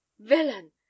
villain